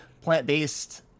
plant-based